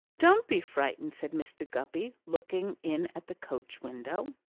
don't be frightened! said mr. guppy, looking in at the coach-window.